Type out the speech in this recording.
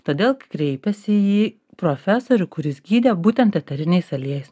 todėl kreipėsi į profesorių kuris gydė būtent eteriniais aliejais